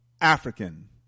African